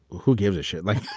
who gives a shit? like,